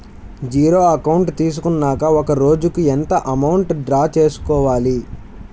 Zero account తీసుకున్నాక ఒక రోజుకి ఎంత అమౌంట్ డ్రా చేసుకోవాలి?